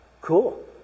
cool